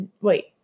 wait